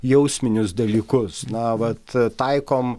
jausminius dalykus na vat taikom